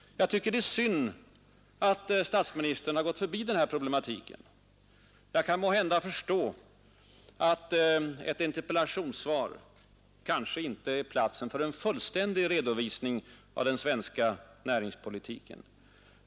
Jag tycker att det är synd att statsministern gått förbi denna problematik. Jag kan måhända förstå att ett interpellationssvar inte är platsen för en fullständig redovisning av den svenska näringspolitiken.